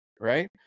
right